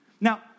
Now